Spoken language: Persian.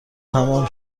تمام